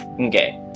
Okay